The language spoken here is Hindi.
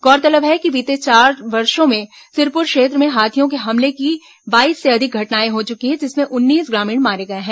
गौरतलब है कि बीते चार वर्षों में सिरपुर क्षेत्र में हाथियों के हमले की बाईस से अधिक घटनाएं हो चुकी है जिसमें उन्नीस ग्रामीण मारे गए हैं